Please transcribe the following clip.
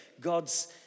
God's